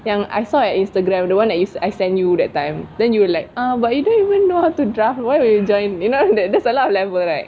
yang I saw at Instagram the one that you I send you that time then you were like uh but you don't even know how to draft why would you join you know that there's a lot of level right